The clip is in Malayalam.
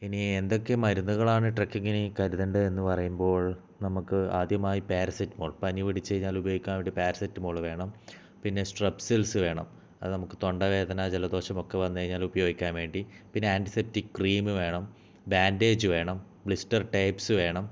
ഇനി എന്തൊക്കെ മരുന്നുകളാണ് ട്രക്കിങ്ങിന് കരുതേണ്ടതെന്ന് എന്ന് പറയുമ്പോൾ നമുക്ക് ആദ്യമായി പാരസിറ്റമോൾ പനി പിടിച്ചു കഴിഞ്ഞാൽ ഉപയോഗിക്കാൻ വേണ്ടി പാരസിറ്റമോൾ വേണം പിന്നെ സ്ട്രെപ്സിൽസ് വേണം അത് നമുക്ക് തൊണ്ട വേദന ജലദോഷം ഒക്കെ വന്നു കഴിഞ്ഞാൽ ഉപയോഗിക്കാൻ വേണ്ടി പിന്നെ ആന്റിസെപ്റ്റിക് ക്രീം വേണം ബാൻഡേജ് വേണം ബ്ലിസ്റ്റർ ടെപ്പ്സ് വേണം